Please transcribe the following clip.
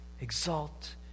exalt